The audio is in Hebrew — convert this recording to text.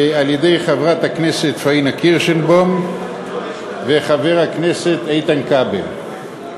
על-ידי חברת הכנסת פניה קירשנבאום וחבר הכנסת איתן כבל.